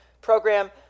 program